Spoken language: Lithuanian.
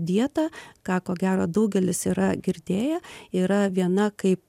dieta ką ko gero daugelis yra girdėję yra viena kaip